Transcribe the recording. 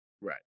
right